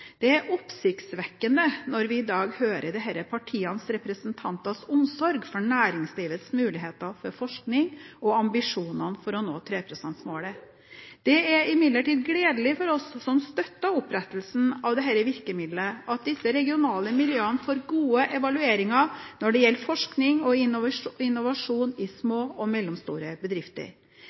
Det er oppsiktsvekkende – når vi i dag hører disse partienes representanters omsorg for næringslivets muligheter for forskning og ambisjonene om å nå 3 pst.-målet. Det er imidlertid gledelig for oss som støttet opprettelsen av dette virkemidlet, at disse regionale miljøene får gode evalueringer når det gjelder forskning og innovasjon i små og mellomstore bedrifter.